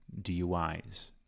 DUIs